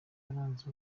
yaranze